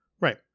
Right